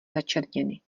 začerněny